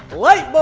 light but